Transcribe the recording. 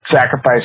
sacrifice